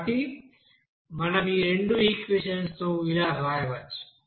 కాబట్టి మనం ఈ రెండు ఈక్వెషన్స్ నుండి ఇలా వ్రాయవచ్చు